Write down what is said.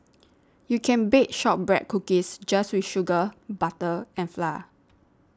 you can bake Shortbread Cookies just with sugar butter and flour